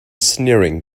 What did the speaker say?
sneering